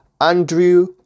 Andrew